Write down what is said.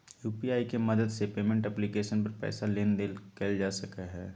UPI के मदद से पेमेंट एप्लीकेशन पर पैसा लेन देन कइल जा हइ